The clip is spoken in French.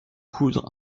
coudre